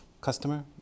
customer